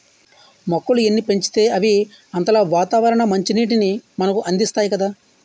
మొక్కలు ఎన్ని పెంచితే అవి అంతలా వాతావరణ మంచినీటిని మనకు అందిస్తాయి కదా